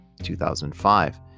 2005